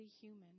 human